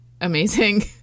amazing